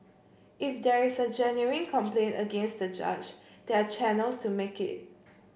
if there is a genuine complaint against the judge there are channels to make it